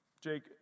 Jake